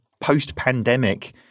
post-pandemic